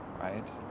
Right